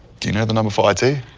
do you know the number for it?